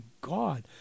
God